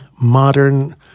modern